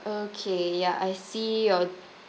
okay ya I see your